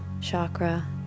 chakra